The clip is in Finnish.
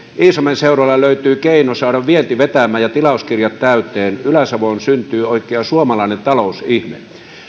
iisalmen seudulla löytyi keino saada vienti vetämään ja tilauskirjat täyteen ylä savoon syntyi oikea suomalainen talousihme